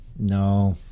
No